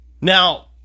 now